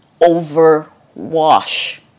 overwash